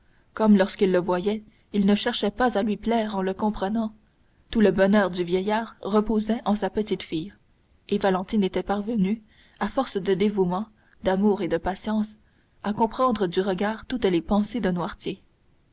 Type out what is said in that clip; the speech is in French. comme lorsqu'il le voyait il ne cherchait pas à lui plaire en le comprenant tout le bonheur du vieillard reposait en sa petite-fille et valentine était parvenue à force de dévouement d'amour et de patience à comprendre du regard toutes les pensées de noirtier